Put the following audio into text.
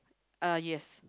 uh yes